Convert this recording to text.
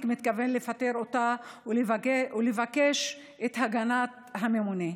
מתכוון לפטר אותה ולבקש את הגנת הממונה.